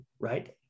right